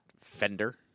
Fender